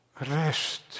Rest